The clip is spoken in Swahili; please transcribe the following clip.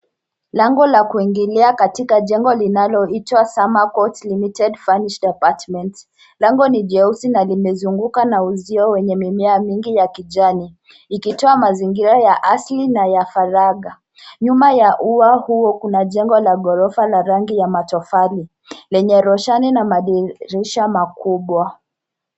Lango la kuingilia katika jengo linaloitwa Sama Court Limited Furnished Apartments. Lango ni jeusi na limezunguka na uzio wenye mimea mingi ya kijani ikitoa mazingira ya asili na ya faragha. Nyuma ya ua huo kuna jengo la ghorofa la rangi ya matofali lenye roshani na madirisha makubwa.